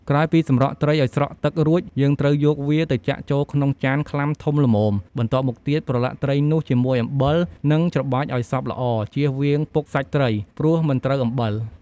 ក្រោយពីសម្រក់ត្រីឱ្យស្រក់ទឹករួច យើងត្រូវយកវាទៅចាក់ចូលក្នុងចានខ្លាំធំល្មម បន្ទាប់មកទៀត ប្រឡាក់ត្រីនោះជាមួយអំបិល និងច្របាច់ឱ្យសព្វល្អ ចៀសវាងពុកសាច់ត្រី ព្រោះមិនត្រូវអំបិល។